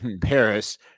Paris